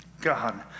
God